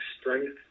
strength